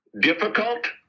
Difficult